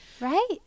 Right